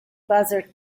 buzzard